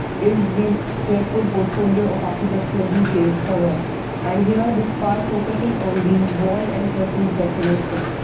is this jeypore portfolio of architectural details cover and here this part focuses on the wall and surface decoration.